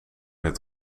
het